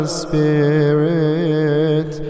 spirit